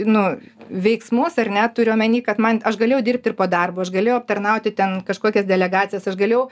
nu veiksmus ar ne turiu omeny kad man aš galėjau dirbt ir po darbo aš galėjau aptarnauti ten kažkokias delegacijas aš galėjau